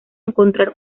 encontrar